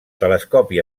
telescopi